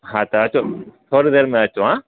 हा त अचो थोरी देरि में अचो हा